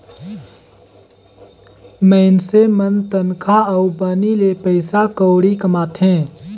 मइनसे मन तनखा अउ बनी ले पइसा कउड़ी कमाथें